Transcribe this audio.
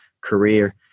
career